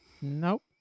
Nope